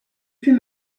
plus